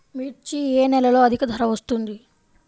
మిర్చి ఏ నెలలో అధిక ధర వస్తుంది?